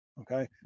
Okay